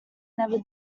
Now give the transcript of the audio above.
never